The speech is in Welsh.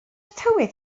tywydd